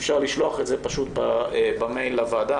אם אפשר לשלוח את זה פשוט במייל לוועדה,